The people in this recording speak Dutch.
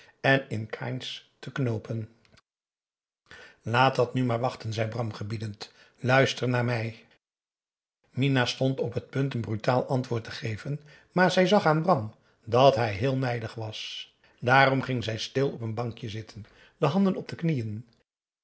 en in kains te knoopen aat dat nu maar wachten zei bram gebiedend luister naar mij minah stond op het punt een brutaal antwoord te geven maar zij zag aan bram dat hij heel nijdig was daarom ging zij stil op een bankje zitten de handen op de knieën